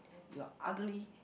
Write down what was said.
you're ugly